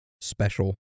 special